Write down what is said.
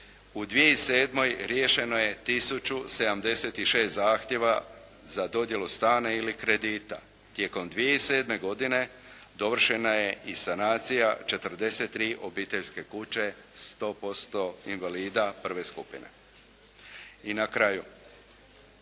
u 2007. riješeno je tisuću 76 zahtjeva za dodjelu stana ili kredita. Tijekom 2007. godine dovršena je i sanacija 43 obiteljske kuće 100% invalida I. skupine. I na kraju,